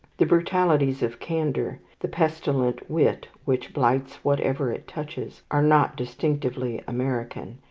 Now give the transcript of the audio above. the brutalities of candour, the pestilent wit which blights whatever it touches, are not distinctively american.